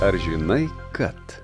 ar žinai kad